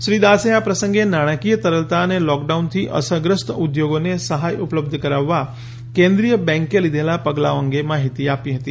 શ્રી દાસે આ પ્રસંગે નાણાંકીય તરલતા અને લોકડાઉનથી અસરગ્રસ્ત ઉદ્યોગોને સહાય ઉપલબ્ધ કરાવવા કેન્દ્રીય બેન્કે લીઘેલા પગલાંઓ અંગે માહિતી આપી હતી